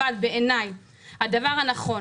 אבל בעיני הדבר הנכון,